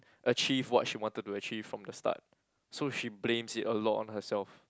achieve what she wanted to achieve from the start so she blames it a lot on herself